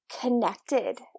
connected